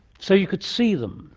so you could see them?